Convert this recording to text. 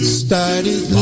started